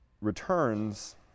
returns